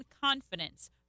confidence